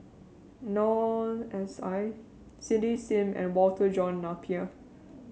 Noor S I Cindy Sim and Walter John Napier